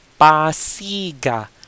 pasiga